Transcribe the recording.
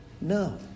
No